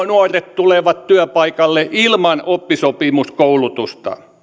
nuoret tulevat työpaikalle ilman oppisopimuskoulutusta